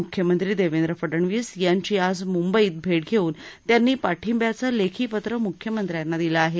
मृख्यमंत्री देवेंद्र फडणवीस यांची आज मृंबईत भेट घेऊन त्यांनी पाठिब्याचं लेखी पत्र मृख्यमंत्र्यांना दिलं आहे